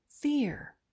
fear